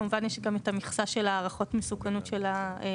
כמובן יש את המכסה של הערכות המסוכנות של הרווחה,